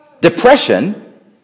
Depression